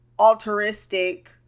altruistic